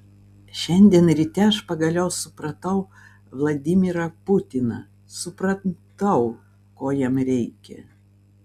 šiandien ryte aš pagaliau supratau vladimirą putiną supratau ko jam reikia